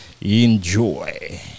enjoy